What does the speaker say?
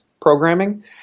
Programming